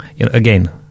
again